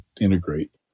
integrate